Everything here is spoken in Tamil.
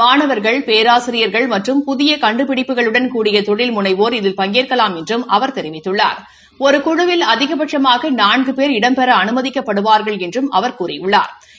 மாணவா்கள் பேராசிரியா்கள் மற்றும் புதிய கண்டுபிடிப்புகளுடன் கூடிய தொழில்முனைவோா்கள் இதில் பங்கேற்கலாம் என்றும் அவர் தொவித்துள்ளார் ஒரு குழுவில் அதிகபட்சமாக நான்கு போ் இடம்பெற அனுமதிக்கப்படுவார்கள் என்றும் அவா் கூறியுள்ளாா்